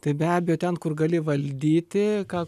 tai be abejo ten kur gali valdyti ką